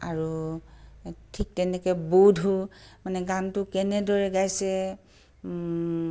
আৰু ঠিক তেনেকৈ বোধো মানে গানটো কেনেদৰে গাইছে